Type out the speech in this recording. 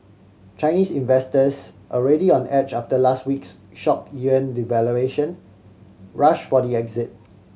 Chinese investors already on edge after last week's shock yuan devaluation rushed for the exit